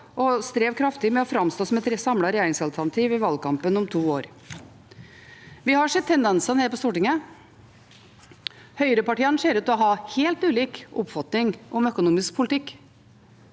å streve kraftig med å framstå som et samlet regjeringsalternativ i valgkampen om to år. Vi har sett tendensene her på Stortinget. Høyrepartiene ser ut til å ha helt ulik oppfatning om økonomisk politikk.